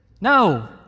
No